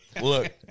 Look